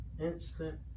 instant